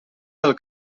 del